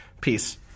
Peace